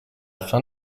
fin